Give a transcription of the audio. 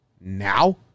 Now